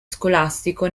scolastico